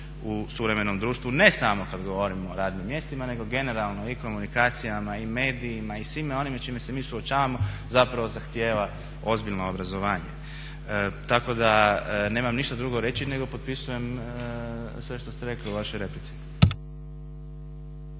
u suvremenom društvu, ne samo kad govorimo o radnim mjestima nego generalno i komunikacijama i medijima i svime onime s čime se mi suočavamo zapravo zahtijeva ozbiljno obrazovanje. Tako da nemam ništa drugo reći nego potpisujem sve što ste rekli u vašoj replici.